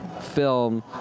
film